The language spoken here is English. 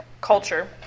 culture